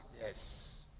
Yes